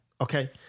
okay